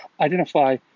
identify